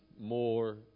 more